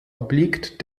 obliegt